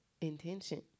intention